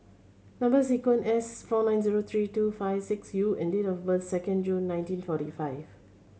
number sequence S four nine zero three two five six U and date of birth second June nineteen forty five